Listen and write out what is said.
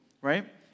right